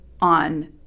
on